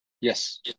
Yes